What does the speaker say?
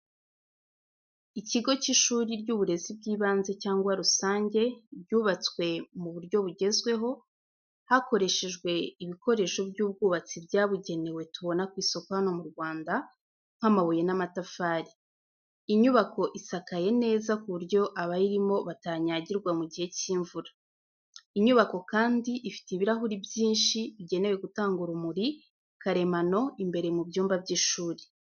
Ikigo cy’ishuri ry’uburezi bw’ibanze cyangwa rusange, ryubatswe mu buryo bugezweho, hakoreshejwe ibikoresho by’ubwubatsi byabugenewe tubona ku isoko hano mu Rwanda nk’amabuye n’amatafari. Inyubako isakaye neza kuburyo abayirimo batanyagirwa mu gihe cy’imvura. Inyubako kandi ifite ibirahuri byinshi bigenewe gutanga urumuri karemano imbere mu byumba by’ishuri.